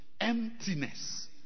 emptiness